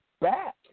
back